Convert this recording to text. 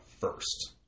first